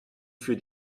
für